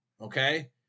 Okay